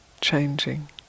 changing